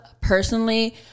Personally